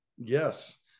Yes